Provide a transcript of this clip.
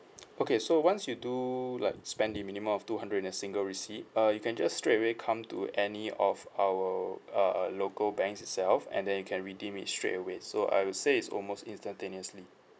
okay so once you do like spend the minimum of two hundred in a single receipt uh you can just straightaway come to any of our uh uh local banks itself and then you can redeem is straightaway so I would say it's almost instantaneously